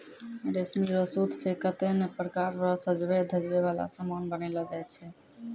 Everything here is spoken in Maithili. रेशमी रो सूत से कतै नै प्रकार रो सजवै धजवै वाला समान बनैलो जाय छै